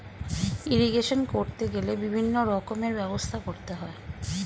irrigation করতে গেলে বিভিন্ন রকমের ব্যবস্থা করতে হয়